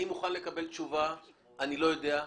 אני מוכן לקבל תשובה: "אני לא יודע,